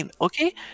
okay